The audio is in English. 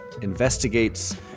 investigates